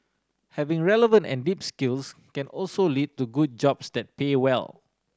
having relevant and deep skills can also lead to good jobs that pay well